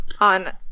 on